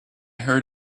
heard